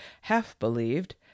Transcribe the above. half-believed